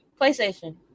PlayStation